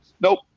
Nope